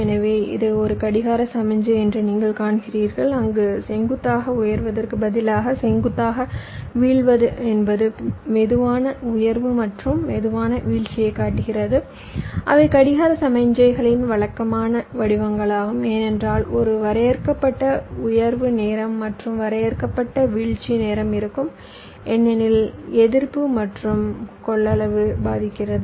எனவே இது ஒரு கடிகார சமிக்ஞை என்று நீங்கள் காண்கிறீர்கள் அங்கு செங்குத்தாக உயர்வதற்கு பதிலாக செங்குத்தாக வீழ்வது என்பது மெதுவான உயர்வு மற்றும் மெதுவான வீழ்ச்சியைக் காட்டுகிறது அவை கடிகார சமிக்ஞைகளின் வழக்கமான வடிவங்களாகும் ஏனென்றால் ஒரு வரையறுக்கப்பட்ட உயர்வு நேரம் மற்றும் வரையறுக்கப்பட்ட வீழ்ச்சி நேரம் இருக்கும் ஏனெனில் எதிர்ப்பு மற்றும் கொள்ளளவு பாதிக்கிறது